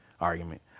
argument